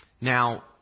Now